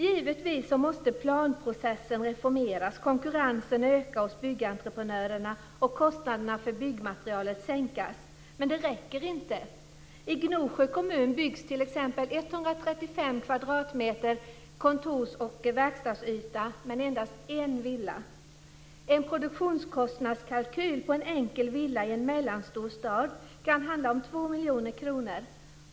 Givetvis måste planprocessen reformeras, konkurrensen öka hos byggentreprenörerna och kostnaderna för byggmaterialet sänkas. Men det räcker inte. I Gnosjö kommun byggs t.ex. 135 kvadratmeter verkstads och kontorsyta, men endast en villa. En produktionskostnadskalkyl på en enkel villa i en mellanstor stad kan handla om 2 miljoner kronor.